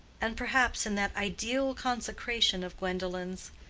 and perhaps in that ideal consecration of gwendolen's,